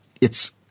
It's